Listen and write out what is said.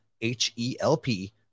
H-E-L-P